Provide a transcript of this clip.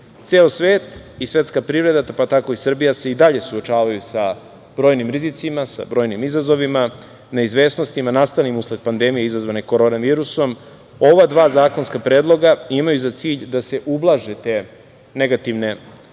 Ceo svet i svetska privreda, pa tako i Srbija se i dalje suočavaju sa brojnim rizicima, sa brojnim izazovima, neizvesnostima nastalim usled pandemije izazvane korona virusom. Ova dva zakonska predloga imaju za cilj da se ublaže te negativne posledice,